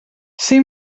ser